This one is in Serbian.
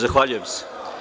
Zahvaljujem se.